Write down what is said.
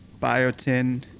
Biotin